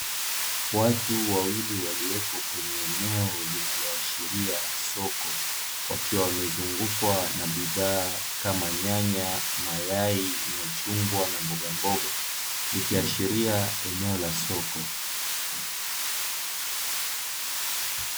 Watu wawili waliopo kwenye eneo linaloashiria soko, wakiwa wamezungukwa na bidha kama: nyanya, mayai, machungwa na mbogamboga; likiashiria eneo la soko.